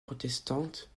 protestante